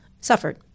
suffered